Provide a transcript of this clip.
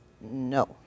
No